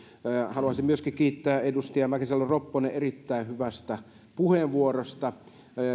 haluaisin myöskin kiittää edustaja mäkisalo ropposta erittäin hyvästä puheenvuorosta